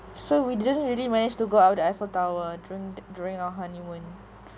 so we didn't really manage to go up the eiffel tower during the during our honeymoon